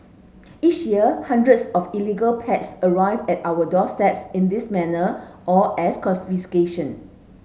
each year hundreds of illegal pets arrive at our doorsteps in this manner or as confiscation